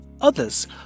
Others